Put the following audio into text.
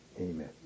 amen